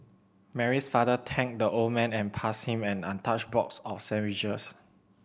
Mary's father thanked the old man and passed him an untouched box of sandwiches